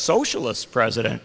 socialist president